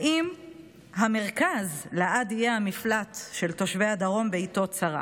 האם המרכז לעד יהיה המפלט של תושבי הדרום בעיתות צרה?